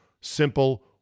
simple